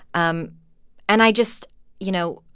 um and i just you know,